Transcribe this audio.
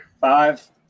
Five